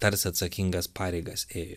tarsi atsakingas pareigas ėjo